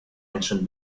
tension